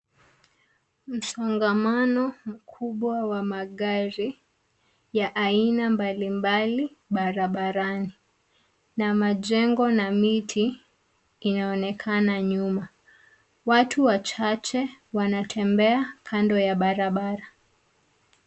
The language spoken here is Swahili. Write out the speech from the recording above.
Msongamano mkubwa wa magari ya aina mbalimbali barabarani na majengo na miti inaonekana nyuma, watu wachache wanatembea kando ya barabara.